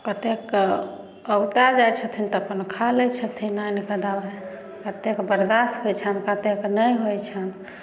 कतेक अगुता जाइ छथिन तऽ अपन खा लै छथिन आनिके दबाइ कतेकके बर्दास्त होइ छनि कतेकके नहि होइ छनि